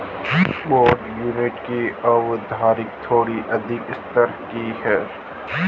bond yield की अवधारणा थोड़ी अधिक स्तर की है